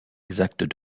exact